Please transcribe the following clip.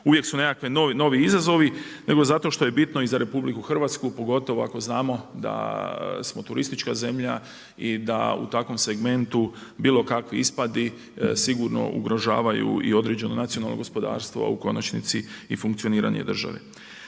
Uvijek su nekakvi novi izazovi, nego zato što je bitno i za RH, pogotovo ako znamo, da smo turistička zemlja i da u takvom segmentu bilo kakvi ispadi sigurno ugrožavaju i određeno nacionalno gospodarstvo, a u konačnici i funkcioniranje države.